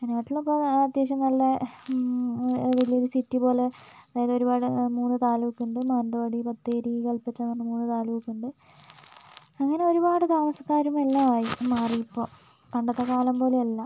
ഈ നാട്ടിലിപ്പോൾ അത്യാവശ്യം നല്ല വലിയൊരു സിറ്റി പോലെ അതായത് ഒരുപാട് മൂന്ന് താലൂക്കുണ്ട് മാനന്തവാടി ബത്തേരി കൽപ്പറ്റ അങ്ങനെ മൂന്ന് താലൂക്കുണ്ട് അങ്ങനെ ഒരുപാട് താമസക്കാരും എല്ലാം ആയി മാറി ഇപ്പോൾ പണ്ടത്തെ കാലം പോലെ അല്ല